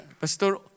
Pastor